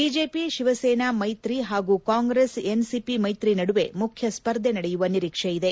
BJP Shivsena ಮೈತ್ರಿ ಮತ್ತು Congress NCP ಮೈತ್ರಿ ನಡುವೆ ಮುಖ್ಯ ಸ್ಪರ್ಧೆ ನಡೆಯುವ ನಿರೀಕ್ಷೆ ಇದೆ